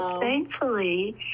thankfully